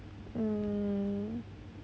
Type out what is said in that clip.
um